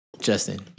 Justin